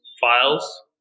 files